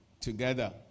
together